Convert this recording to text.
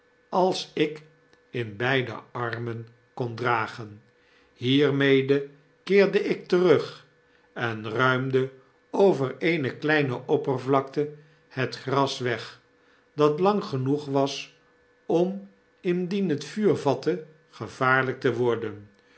af alsik in beide armen kon dragen hiermede keerde ik terug en ruimde over eene kleine oppervlakte het gras weg dat lang genoeg was om indien het vuur vatte gevaarlyk te worden